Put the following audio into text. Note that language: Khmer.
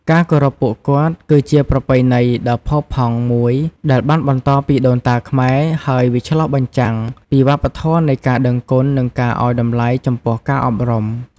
ការគោរពពួកគាត់ គឺជាប្រពៃណីដ៏ល្អផូរផង់មួយដែលបានបន្តពីដូនតាខ្មែរ ហើយវាឆ្លុះបញ្ចាំងពីវប្បធម៌នៃការដឹងគុណ និងការឱ្យតម្លៃចំពោះការអប់រំ។